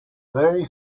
very